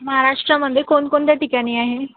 महाराष्ट्रामध्ये कोणकोणत्या ठिकाणी आहे